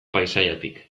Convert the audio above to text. paisaiatik